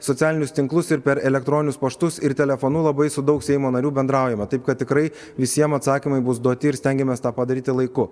socialinius tinklus ir per elektroninius paštus ir telefonu labai su daug seimo narių bendraujame taip kad tikrai visiem atsakymai bus duoti ir stengiamės tą padaryti laiku